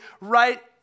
right